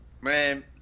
man